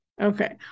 Okay